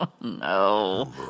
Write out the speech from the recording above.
No